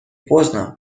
поздно